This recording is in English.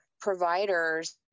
providers